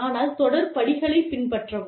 ஆனால் தொடர் படிகளைப் பின்பற்றவும்